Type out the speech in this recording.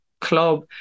club